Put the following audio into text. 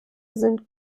sind